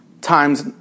times